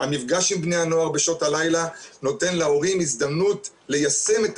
המפגש עם בני הנוער בשעות הלילה נותן להורים הזדמנות ליישם את